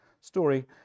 story